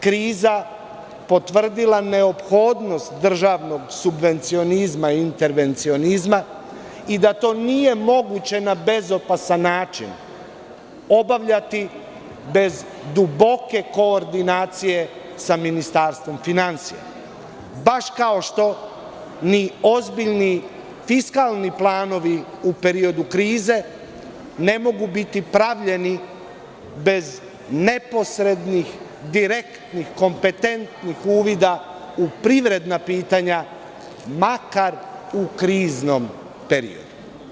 Kriza potvrdila neophodnost državnog subvencionizma intrevencionizma i da to nije moguće na bezopasan način obavljati bez duboke koordinacije sa Ministarstvom finansija, baš kao što ni ozbiljni fiskalni planovi u periodu krize ne mogu biti pravljeni bez neposrednih, direktnih, kompetentnih uvida u privredna pitanja makar u kriznom periodu.